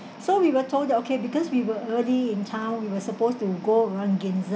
so we were told that okay because we were already in town we were supposed to go around ganso